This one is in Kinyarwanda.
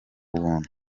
buntu